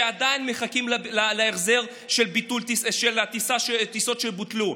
שעדיין מחכים להחזר של הטיסות שבוטלו.